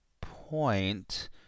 point